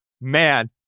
Man